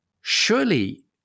Surely